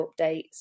updates